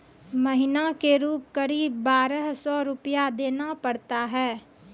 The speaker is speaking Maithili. महीना के रूप क़रीब बारह सौ रु देना पड़ता है?